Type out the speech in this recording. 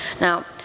Now